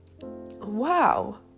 wow